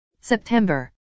September